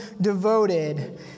devoted